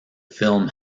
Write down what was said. film